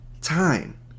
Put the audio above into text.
time